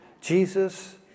Jesus